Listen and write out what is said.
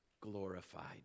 glorified